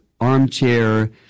armchair